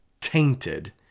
tainted